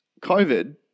COVID